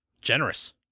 Generous